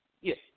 Yes